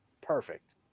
perfect